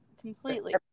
Completely